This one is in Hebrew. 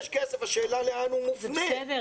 יש כסף, השאלה לאן הוא מופנה.